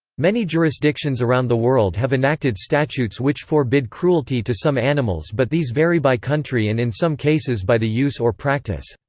many jurisdictions around the world have enacted statutes which forbid cruelty to some animals but these vary by country and in some cases by the use or practice.